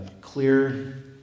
clear